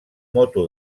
moto